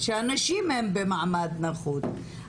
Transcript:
שהנשים הן במעמד נחות.